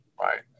right